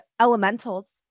elementals